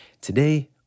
today